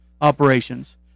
operations